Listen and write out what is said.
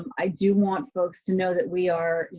i do want folks to know that we are, you